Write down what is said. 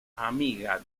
amiga